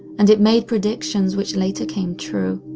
and it made predictions which later came true.